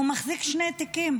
הבן אדם מחזיק שני תיקים.